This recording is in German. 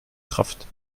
kraft